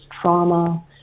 trauma